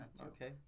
okay